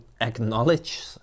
acknowledge